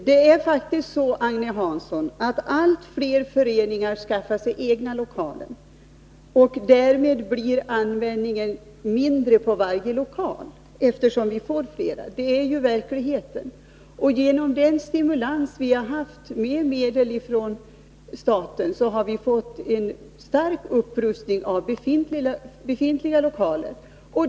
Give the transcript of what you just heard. Fru talman! Allt fler föreningar skaffar sig egna lokaler, Agne Hansson. Därmed blir användningen mindre av varje lokal — det är verkligheten. Genom den stimulans som de statliga medlen innebär har vi fått en stark upprustning av befintliga lokaler.